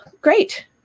great